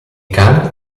khan